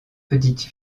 petite